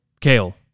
Kale